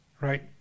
right